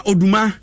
Oduma